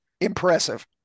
impressive